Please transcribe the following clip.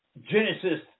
Genesis